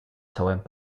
següent